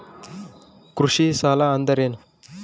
ಕೃಷಿ ಸಾಲ ಅಂದರೇನು?